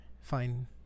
fine